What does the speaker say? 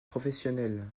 professionnel